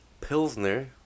Pilsner